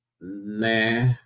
nah